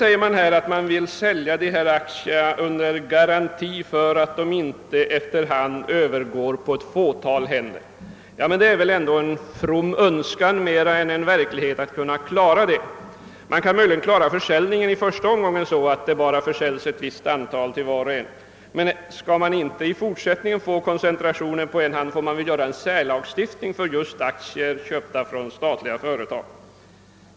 Här sägs också att man vill sälja dessa aktier under garanti för att de inte efter hand övergår på ett fåtal händer. Det är väl ändå mer en from önskan än en realistisk tanke. Man kan möjligen klara försäljningen i första omgången så att det bara försäljs ett visst antal aktier till var och en. Men skall man inte heller i fortsättningen få koncentration av aktierna på en hand, får man väl åstadkomma en särlagstiftning för just aktier köpta från statliga företag.